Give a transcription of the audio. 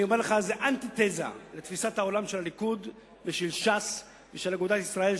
זה אנטיתזה לתפיסת העולם של הליכוד ושל ש"ס ושל אגודת ישראל,